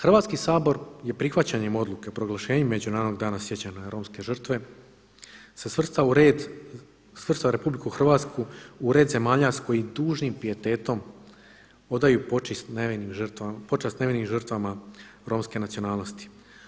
Hrvatski sabor je prihvaćanjem odluke o proglašenju Međunarodnog dana sjećanja na romske žrtve se svrstao u red, svrstao RH u red zemalja s koji tužnim pijetetom odaju počast nevinim žrtvama Romske nacionalnosti.